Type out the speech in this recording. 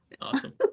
awesome